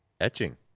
etching